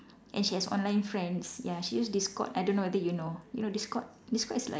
and she has online friends ya she use discord I don't know whether you know you know discord discord is like